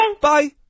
Bye